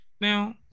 Now